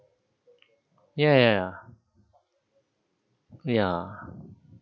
ya ya ya